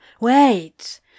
Wait